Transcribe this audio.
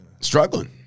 Struggling